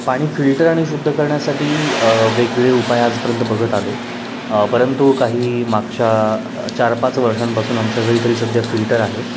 पाणी फिल्टर आणि शुद्ध करण्यासाठी वेगवेगळे उपाय आजपर्यंत बघत आलो परंतु काही मागच्या चार पाच वर्षांपासून आमच्या घरी तरी सध्या फिल्टर आहे